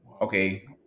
okay